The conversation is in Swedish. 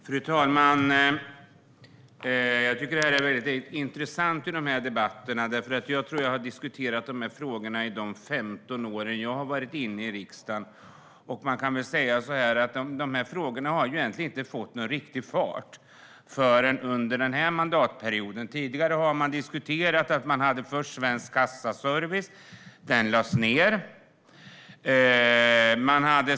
Fru talman! Jag tycker att de här debatterna är väldigt intressanta. Jag tror att jag har diskuterat dessa frågor under de 15 år jag har varit här i riksdagen, men jag tycker inte att de har fått någon riktig fart förrän under denna mandatperiod. Man hade först Svensk Kassaservice. Den lades ned.